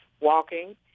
walking